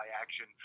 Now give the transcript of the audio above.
action